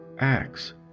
acts